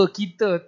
kita